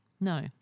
No